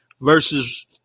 versus